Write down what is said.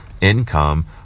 income